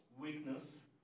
Weakness